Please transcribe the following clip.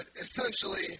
essentially